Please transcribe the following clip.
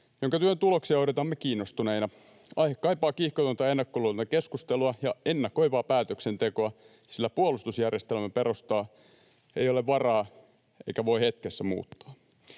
jonka työn tuloksia odotamme kiinnostuneina. Aihe kaipaa kiihkotonta, ennakkoluulotonta keskustelua ja ennakoivaa päätöksentekoa, sillä puolustusjärjestelmämme perustaa ei ole varaa eikä voi hetkessä muuttaa.